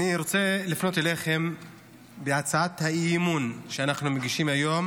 אני רוצה לפנות אליכם בהצעת האי-אמון שאנחנו מגישים היום